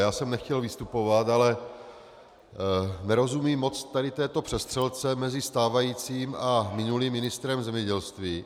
Já jsem nechtěl vystupovat, ale nerozumím moc této přestřelce mezi stávajícím a minulým ministrem zemědělství.